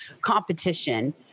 competition